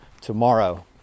tomorrow